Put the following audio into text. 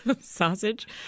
sausage